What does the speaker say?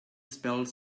spelled